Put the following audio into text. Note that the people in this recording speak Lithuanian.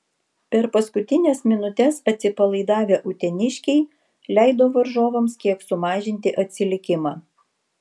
per paskutines minutes atsipalaidavę uteniškiai leido varžovams kiek sumažinti atsilikimą